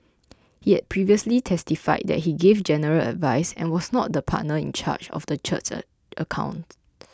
he had previously testified that he gave general advice and was not the partner in charge of the church's accounts